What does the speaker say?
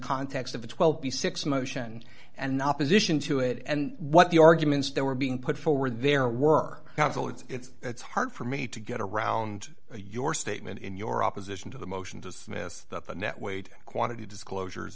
context of the twelve b six motion and the opposition to it and what the arguments that were being put forward there were council it's hard for me to get around your statement in your opposition to the motion to dismiss the net weight quantity disclosure